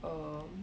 err